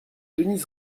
denys